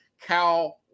Cal